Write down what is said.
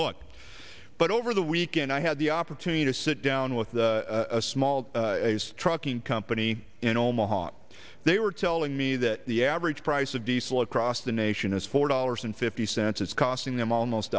look but over the weekend i had the opportunity to sit down with a small trucking company in omaha they were telling me that the average price of diesel across the nation is four dollars and fifty cents is costing them almost